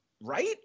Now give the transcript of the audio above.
right